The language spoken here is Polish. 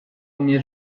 umie